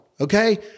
Okay